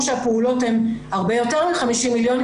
שהפעולות הן הרבה יותר מ-50 מיליון,